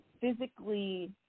physically